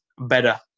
better